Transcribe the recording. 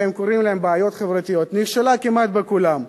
שהם קוראים להן בעיות חברתיות, נכשלה כמעט בכולן,